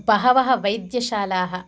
बह्व्यः वैद्यशालाः